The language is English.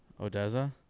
Odessa